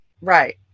Right